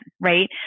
right